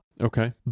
okay